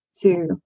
two